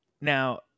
Now